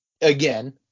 again